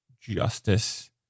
justice